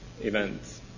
events